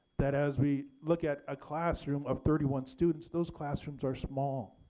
that as we look at a classroom of thirty one students those classrooms are small,